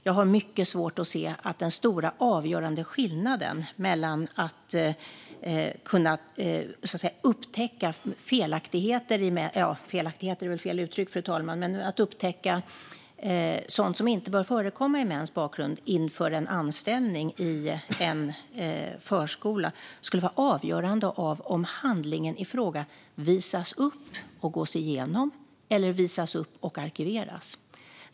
Jag har mycket svårt att se att den stora, avgörande skillnaden när det gäller att kunna upptäcka sådant som inte bör förekomma i mäns bakgrund inför en anställning i en förskola skulle vara om handlingen i fråga visas upp och gås igenom eller visas upp och arkiveras.